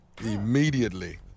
Immediately